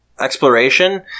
exploration